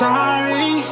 Sorry